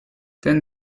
then